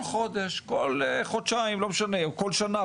אני משלם כל חודש-חודשיים ארנונה במקום בו אני גר או משלם כל שנה,